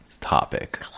topic